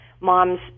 moms